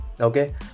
Okay